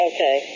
Okay